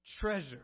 treasure